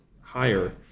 higher